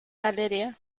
valeria